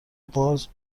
باز